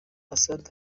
assad